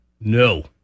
No